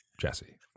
Jesse